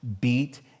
beat